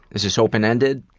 is this open ended?